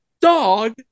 dog